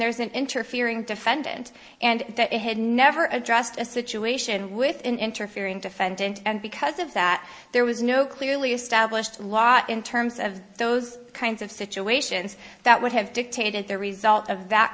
there is an interfering defendant and that it had never addressed a situation with an interfering defendant and because of that there was no clearly established law in terms of those kinds of situations that would have dictated the result of that